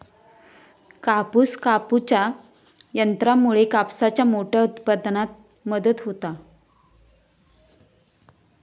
कापूस कापूच्या यंत्रामुळे कापसाच्या मोठ्या उत्पादनात मदत होता